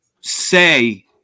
say